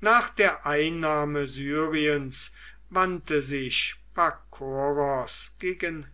nach der einnahme syriens wandte sich pakoros gegen